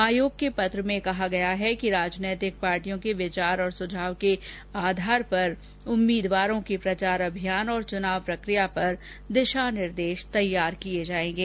आयोग के पत्र में कहा गया है कि राजनीतिक पार्टियों के विचार और सुझाव के आधार पर उम्मीदवारों के प्रचार अभियान और चुनाव प्रक्रिया पर दिशा निर्देश तैयार किए जाएंगे